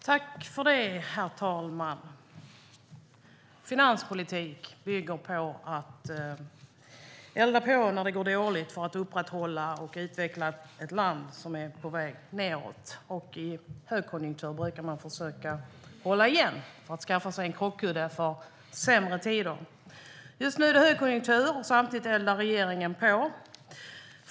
Herr talman! Finanspolitik bygger på att elda på när det går dåligt för att upprätthålla och utveckla ett land som är på väg nedåt. I högkonjunktur brukar man försöka hålla igen för att skaffa sig en krockkudde för sämre tider. Just nu är det högkonjunktur. Samtidigt eldar regeringen på.